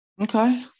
Okay